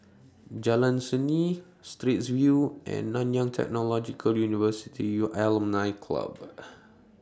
Jalan Seni Straits View and Nanyang Technological University U Alumni Club